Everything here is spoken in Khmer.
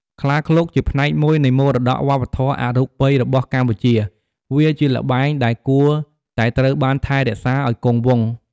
ខ្លាឃ្លោកជាផ្នែកមួយនៃមរតកវប្បធម៌អរូបីរបស់កម្ពុជាវាជាល្បែងដែលគួរតែត្រូវបានថែរក្សាឱ្យគង់វង្ស។